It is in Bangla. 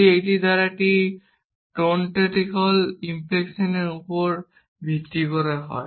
যদি এটি এর দ্বারা একটি টোনটোলজিকাল ইমপ্লিকেশনের উপর ভিত্তি করে হয়